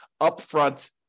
upfront